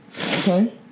Okay